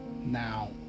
now